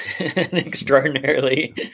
extraordinarily